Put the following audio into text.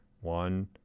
One